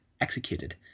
executed